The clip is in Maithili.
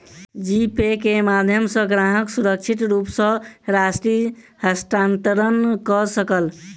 जी पे के माध्यम सॅ ग्राहक सुरक्षित रूप सॅ राशि हस्तांतरण कय सकल